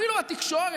אפילו התקשורת,